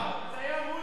זה היה מוסלמי,